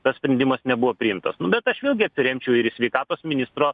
tas sprendimas nebuvo priimtas nu bet aš vėlgi atsiremčiau ir į sveikatos ministro